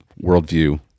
worldview